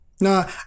No